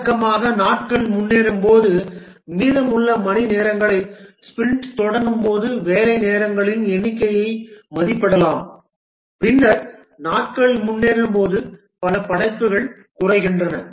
வழக்கமாக நாட்கள் முன்னேறும்போது மீதமுள்ள மணிநேரங்களை ஸ்பிரிண்ட் தொடங்கும் போது வேலை நேரங்களின் எண்ணிக்கையை மதிப்பிடலாம் பின்னர் நாட்கள் முன்னேறும்போது பல படைப்புகள் குறைகின்றன